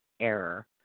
Error